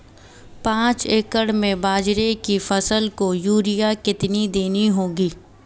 पांच एकड़ में बाजरे की फसल को यूरिया कितनी देनी होगी?